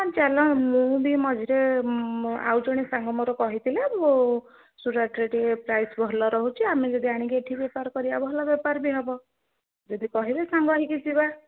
ହଁ ଚାଲ ମୁଁ ବି ମଝିରେ ମୋ ଆଉ ଜଣେ ସାଙ୍ଗ ମୋର କହିଥିଲେ ଆ ସୁରଟ୍ରେ ଟିକେ ପ୍ରାଇସ୍ ଭଲ ରହୁଛି ଆମେ ଯଦି ଆଣିକି ଏଠି ବେପାର କରିବା ଭଲ ବେପାର ବି ହେବ ଯଦି କହିବେ ସାଙ୍ଗ ହେଇକି ଯିବା